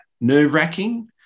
nerve-wracking